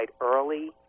early